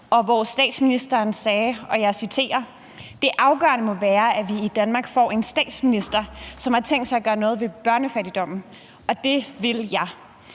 hvor statsministeren sagde: »Det afgørende må være, om vi i Danmark får en statsminister, som har tænkt sig at gøre noget ved børnefattigdommen ...Og det vil jeg,